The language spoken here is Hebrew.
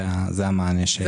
זה המענה שניתן.